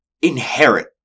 inherit